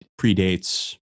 predates